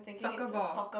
soccer ball